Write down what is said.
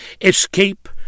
escape